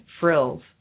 frills